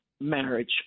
marriage